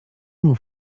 mów